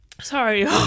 sorry